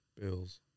Bills